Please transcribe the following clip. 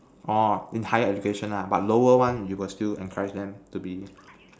oh in higher education lah but lower one you still encourage them to be